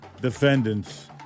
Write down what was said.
defendants